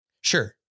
sure